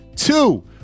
Two